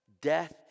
Death